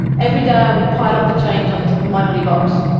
every day i would pile up the change on the top of my money box,